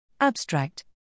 Abstract